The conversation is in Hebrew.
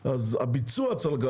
אז הביצוע צריך לקחת זמן,